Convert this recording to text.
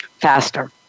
faster